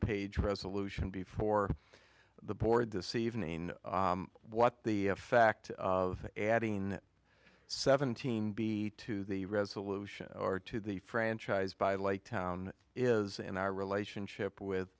page resolution before the board this evening what the fact of adding seventeen b to the resolution or to the franchise by like town is in our relationship with